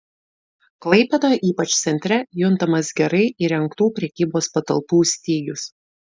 klaipėdoje ypač centre juntamas gerai įrengtų prekybos patalpų stygius